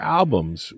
albums